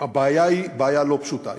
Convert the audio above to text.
הבעיה היא בעיה לא פשוטה.